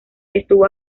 estuvo